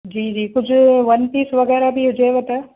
जी जी कुझु one piece वगैरह बि हुजेव त